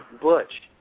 butch